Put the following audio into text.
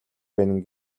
байна